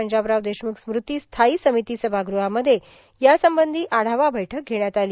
पंजाबराव देशमुख स्मृती स्थायी समिती सभागृहामध्ये यासंबंधी आढावा बैठक घेण्यात आली